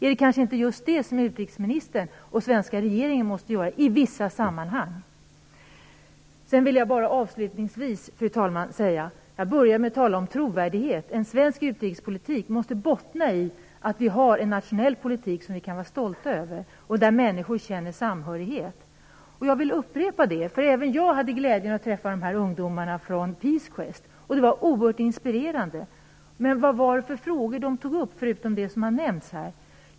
Är det kanske inte just det som utrikesministern och den svenska regeringen måste göra i vissa sammanhang? Avslutningsvis, fru talman, vill jag bara säga: Jag började med att tala om trovärdighet. En svensk utrikespolitik måste bottna i att vi har en nationell politik som vi kan vara stolta över och som gör att människor känner samhörighet. Jag vill upprepa det, eftersom även jag hade glädjen att träffa ungdomarna från Peace Quest. Det var oerhört inspirerande, men vad var det för frågor som de tog upp, förutom dem som här har nämnts?